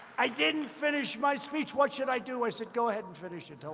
i didn't finish my speech. what should i do? i said, go ahead and finish it.